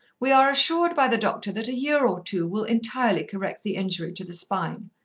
we are assured by the doctor that a year or two will entirely correct the injury to the spine.